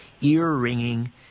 ear-ringing